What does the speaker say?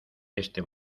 este